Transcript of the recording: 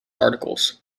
articles